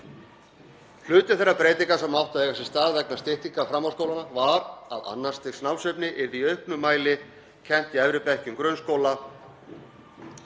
Hluti þeirra breytinga sem áttu að eiga sér stað vegna styttingar framhaldsskólanna var að annars stigs námsefni yrði í auknum mæli kennt í efri bekkjum grunnskóla.